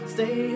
Stay